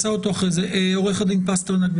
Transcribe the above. עורך דין אורן פסטרנק.